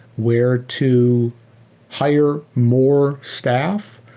where to hire more staff,